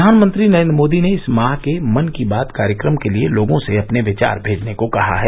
प्रधानमंत्री नरेन्द्र मोदी ने इस माह के मन की बात कार्यक्रम के लिए लोगों से अपने विचार भेजने को कहा है